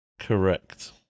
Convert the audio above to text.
Correct